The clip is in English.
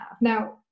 now